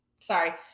Sorry